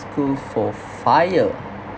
proof for FIRE